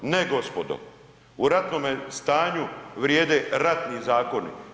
Ne, gospodo u ratnome stanju vrijede ratni zakoni.